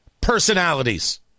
personalities